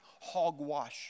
hogwash